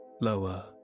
lower